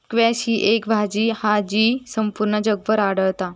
squash ही अशी भाजी हा जी संपूर्ण जगभर आढळता